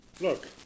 Look